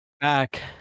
Back